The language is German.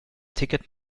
ticket